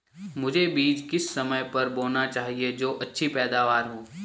मुझे बीज किस समय पर बोना चाहिए जो अच्छी पैदावार हो?